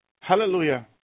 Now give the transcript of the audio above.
Hallelujah